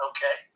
Okay